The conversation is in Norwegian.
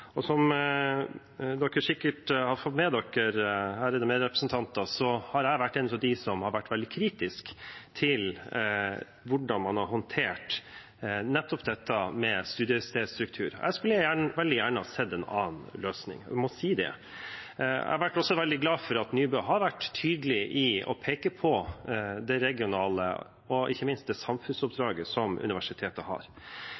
Som dere sikkert har fått med dere, ærede medrepresentanter, har jeg vært en av dem som har vært veldig kritisk til hvordan man har håndtert nettopp dette med studiestedsstruktur. Jeg skulle veldig gjerne ha sett en annen løsning, jeg må si det. Jeg har også vært veldig glad for at statsråd Nybø har vært tydelig i å peke på det regionale og ikke minst på det samfunnsoppdraget som universiteter har.